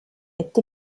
est